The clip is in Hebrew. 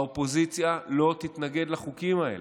האופוזיציה לא תתנגד לחוקים האלה.